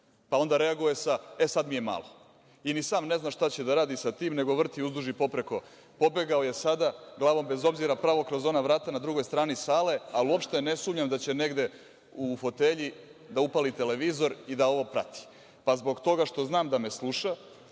zna. Onda reaguje sa – e, sada mi je malo. Ni sam ne znam šta će da radi sa tim, nego vrti uzduž i popreko. Pobegao je sada glavom bez obzira, pravo kroz ona vrata na drugu stranu sale, ali uopšte ne sumnjam da će negde u fotelji da upali televizor i da ovo prati, pa zbog toga da znam da me sluša,